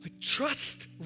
Trust